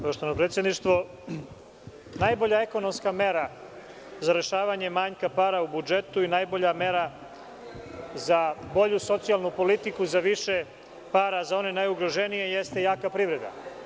Poštovano predsedništvo, najbolja ekonomska mera za rešavanje manjka para u budžetu i najbolja mera za bolju socijalnu politiku je više para za one najugroženije jeste jaka privreda.